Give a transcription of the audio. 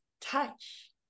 touch